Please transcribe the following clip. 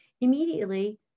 Immediately